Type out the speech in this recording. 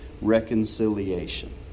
reconciliation